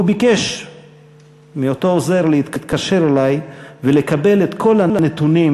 והוא ביקש מאותו עוזר להתקשר אלי ולקבל את כל הנתונים